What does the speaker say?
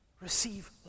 Receive